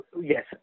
yes